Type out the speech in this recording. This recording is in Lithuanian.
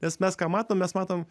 nes mes ką matom mes matom